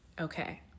Okay